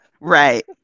Right